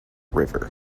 river